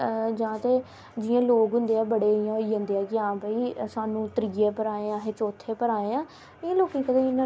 ओह् बी नेई लेंदे ऐ बिच इंटरेस्ट बी नेईं लैंदे ऐ पढ़ने च ताइयां अजकल अखवा